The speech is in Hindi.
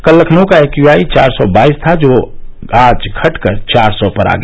कल लखनऊ का एक्यूआइ चार सौ बाईस था जो आज घटकर चार सौ पर आ गया